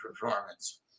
performance